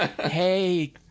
hey